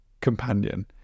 companion